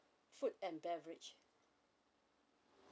food and beverage